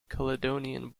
caledonian